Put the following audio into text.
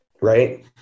right